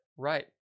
right